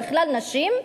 בכלל נשים.